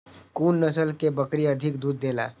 कुन नस्ल के बकरी अधिक दूध देला?